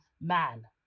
man